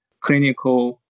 clinical